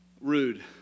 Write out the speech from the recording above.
rude